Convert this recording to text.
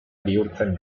bihurtzen